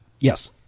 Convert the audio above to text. Yes